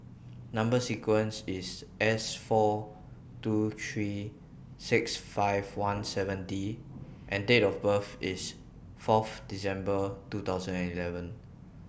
Number sequence IS S four two three six five one seven D and Date of birth IS forth December two thousand and eleven